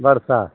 बर्षा